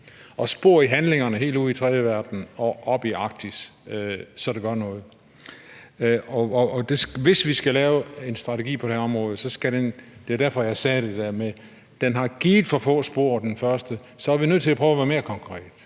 og spor i handlingerne helt ud i den tredje verden og oppe i Arktis, så det gør noget. Og hvis vi skal lave en strategi på det her område – det var derfor, jeg sagde det der med, at den første har givet for få spor – så er vi nødt til at prøve at være mere konkrete